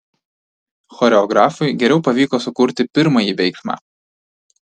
choreografui geriau pavyko sukurti pirmąjį veiksmą